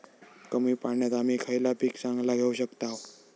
कमी पाण्यात आम्ही खयला पीक चांगला घेव शकताव?